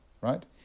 right